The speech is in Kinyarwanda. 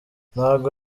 ntabwo